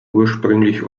ursprünglich